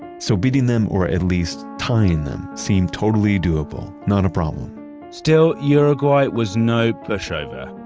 so beating them or at least tying them seemed totally doable, not a problem still, uruguay was no pushover,